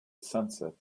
sunset